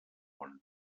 món